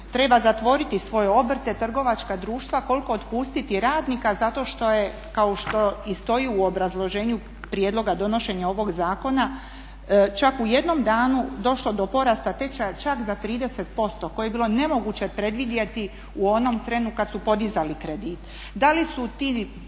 treba zatvoriti svoje obrte, trgovačka društva koliko otpustiti radnika zato što je kao što i stoji u obrazloženju prijedloga donošenja ovog zakona čak u jednom danu došlo do porasta tečaja čak za 30% koje je bilo nemoguće predvidjeti u onom trenu kada su podizali kredit?